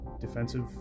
defensive